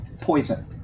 poison